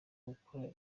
gukora